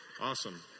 awesome